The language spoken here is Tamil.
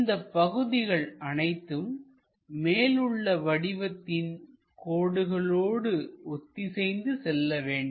இந்தப் பகுதிகள் அனைத்தும் மேல் உள்ள வடிவத்தின் கோடுகளோடு ஒத்திசைந்து செல்லவேண்டும்